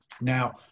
Now